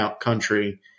Country